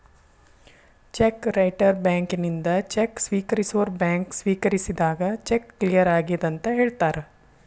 check writer ಬ್ಯಾಂಕಿನಿಂದ cheque ಸ್ವೇಕರಿಸೋರ್ bank ಸ್ವೇಕರಿಸಿದಾಗ ಚೆಕ್ ಕ್ಲಿಯರ್ ಆಗೆದಂತ ಹೇಳ್ತಾರ